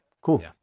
Cool